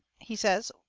he says,